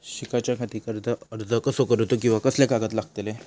शिकाच्याखाती कर्ज अर्ज कसो करुचो कीवा कसले कागद लागतले?